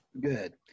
Good